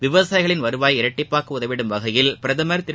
விவசாயிகளின் வருவாயை இரட்டிப்பாக்க உதவிடும் வகையில் பிரதமர் திரு